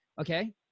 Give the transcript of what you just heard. okay